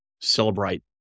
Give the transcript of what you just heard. celebrate